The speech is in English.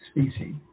species